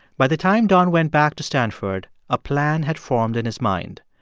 by the time don went back to stanford, a plan had formed in his mind.